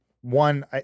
one